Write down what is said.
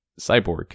Cyborg